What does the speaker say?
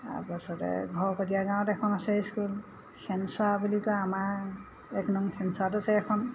তাৰ পাছতে ঘৰকটীয়া গাঁৱত এখন আছে স্কুল খেনচোৱা বুলি কয় আমাৰ এক নং খেনচোৱাটো আছে এখন